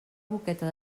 boqueta